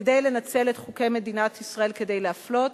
כדי לנצל את חוקי מדינת ישראל כדי להפלות,